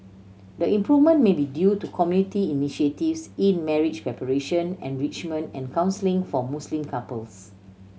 the improvement may be due to community initiatives in marriage preparation enrichment and counselling for Muslim couples